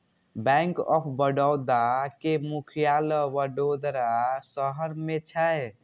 bank of Baroda के मुख्यालय वडोदरा शहर मे छै